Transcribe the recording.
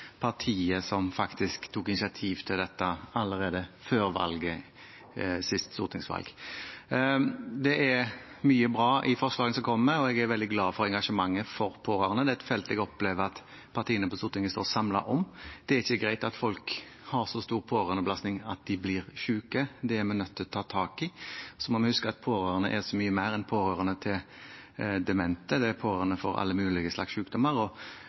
partiet som faktisk tok initiativ til dette allerede før sist stortingsvalg. Det er mye bra i forslagene som kommer, og jeg er veldig glad for engasjementet for pårørende. Det er et felt jeg opplever at partiene på Stortinget står samlet om. Det er ikke greit at folk har så stor pårørendebelastning at de blir syke. Det er vi nødt til å ta tak i. Så må vi huske at pårørende er så mye mer enn pårørende til demente, det er pårørende til mennesker med alle mulige slags